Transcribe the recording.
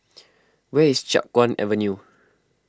where is Chiap Guan Avenue